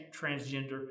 transgender